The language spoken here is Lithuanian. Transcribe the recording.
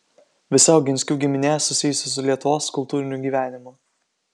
visa oginskių giminė susijusi su lietuvos kultūriniu gyvenimu